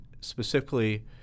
specifically